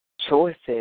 Choices